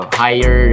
higher